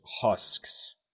husks